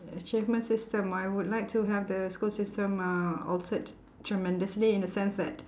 achievement system I would like to have the school system uh altered tremendously in the sense that